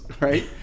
right